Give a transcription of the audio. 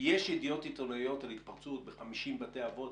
כי יש ידיעות עיתונאיות על התפרצות ב-50 בתי אבות